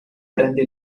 prende